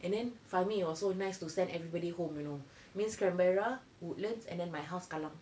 and fahmi was so nice to send everybody home you know means canberra woodlands and then my house kallang